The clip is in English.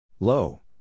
Low